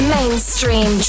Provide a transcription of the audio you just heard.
Mainstream